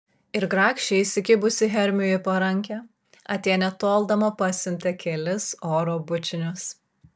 ir grakščiai įsikibusi hermiui į parankę atėnė toldama pasiuntė kelis oro bučinius